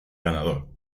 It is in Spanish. ganador